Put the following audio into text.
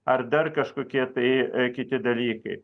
ar dar kažkokie tai kiti dalykai